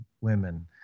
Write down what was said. women